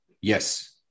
Yes